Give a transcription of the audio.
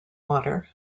water